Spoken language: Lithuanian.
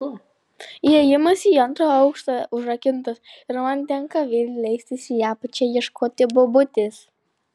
įėjimas į antrą aukštą užrakintas ir man tenka vėl leistis į apačią ieškoti bobutės